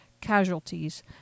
casualties